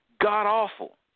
god-awful